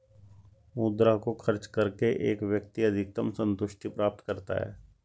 मुद्रा को खर्च करके एक व्यक्ति अधिकतम सन्तुष्टि प्राप्त करता है